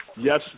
Yes